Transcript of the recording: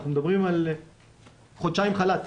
אנחנו מדברים על חודשיים חל"ת.